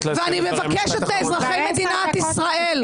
אני מבקשת מאזרחי מדינת ישראל,